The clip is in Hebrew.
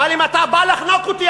אבל אם אתה בא לחנוק אותי,